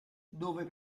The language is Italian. dove